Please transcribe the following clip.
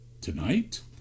tonight